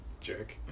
Jerk